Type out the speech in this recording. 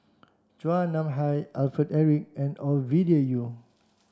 Chua Nam Hai Alfred Eric and Ovidia Yu